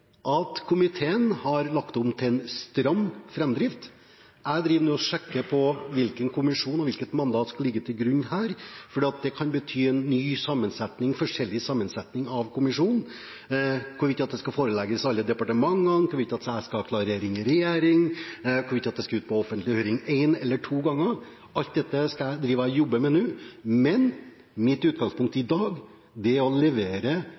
en stram framdrift. Jeg driver nå og sjekker hva slags mandat som skal ligge til grunn for kommisjonen, for det kan ha betydning for sammensetningen av kommisjonen. Det handler om sånne ting som hvorvidt det skal forelegges alle departementene, hvorvidt jeg skal ha klarering i regjeringen, hvorvidt det skal ut på offentlig høring én eller to ganger. Alt dette jobber jeg med nå, men mitt utgangspunkt i dag er å levere